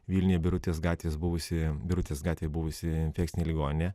vilniuje birutės gatvės buvusi birutės gatvėje buvusi infekcinė ligoninė